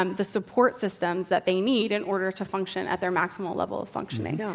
um the support system that they need in order to function at their maximal level of functioning? um